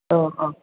औ औ